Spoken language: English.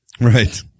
Right